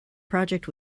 project